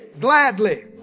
gladly